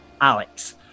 Alex